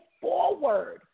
forward